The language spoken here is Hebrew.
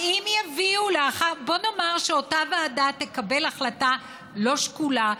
בוא נאמר שאותה ועדה תקבל החלטה לא שקולה,